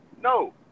No